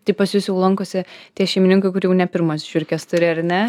tai pas jus jau lankosi tie šeimininkai kur jau ne pirmas žiurkes turi ar ne